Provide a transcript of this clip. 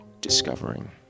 discovering